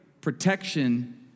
protection